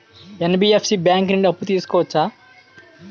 NBFC bank నుండి అప్పు తీసుకోవచ్చా?